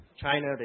China